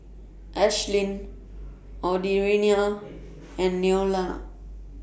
Ashlyn Audriana and Neola